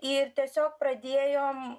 ir tiesiog pradėjom